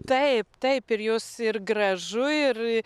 taip taip ir jos ir gražu ir